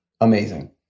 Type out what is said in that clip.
Amazing